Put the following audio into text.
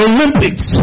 Olympics